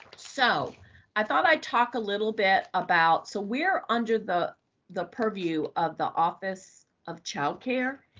so i thought i'd talk a little bit about, so we're under the the purview of the office of child care,